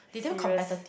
serious